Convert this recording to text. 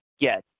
get